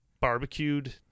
barbecued